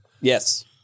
Yes